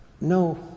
No